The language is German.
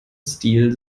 stil